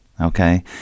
okay